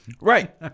right